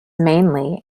mainly